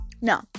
No